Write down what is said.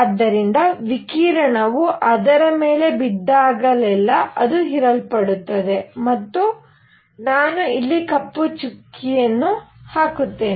ಆದ್ದರಿಂದ ವಿಕಿರಣವು ಅದರ ಮೇಲೆ ಬಿದ್ದಾಗಲೆಲ್ಲಾ ಅದು ಹೀರಲ್ಪಡುತ್ತದೆ ಮತ್ತು ನಾನು ಇಲ್ಲಿ ಕಪ್ಪು ಚುಕ್ಕೆ ಹಾಕುತ್ತೇನೆ